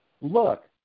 Look